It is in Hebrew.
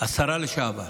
השרה לשעבר,